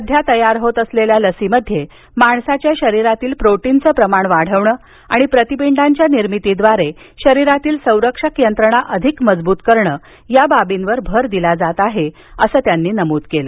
सध्या तयार होत असलेल्या लसीमध्ये माणसाच्या शरीरातील प्रोटीनचे प्रमाण वाढविणे आणि प्रतिपिंडांच्या निर्मितीद्वारे शरीरातील संरक्षक यंत्रणा अधिक मजबूत करणे या बाबींवर भर दिला जात आहे असं त्यांनी नमूद केलं